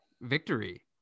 victory